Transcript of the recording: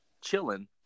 chilling